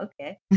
okay